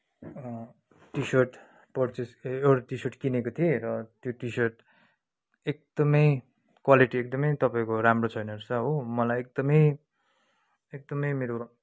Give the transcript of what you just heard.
T shirt purchase ए एउटा T shirt किनेको थिएँ र त्यो टि सर्ट एकदमै क्वालिटी एकदमै तपाईँको राम्रो छैन रहेछ हो मलाई एकदमै एकदमै मेरो